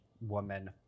woman